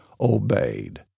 obeyed